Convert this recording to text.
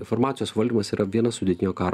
informacijos valdymas yra viena sudėtinių karo